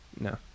No